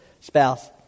spouse